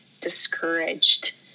discouraged